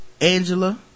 Angela